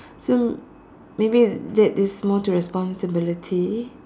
so maybe that is more to responsibility